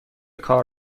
کار